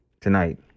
tonight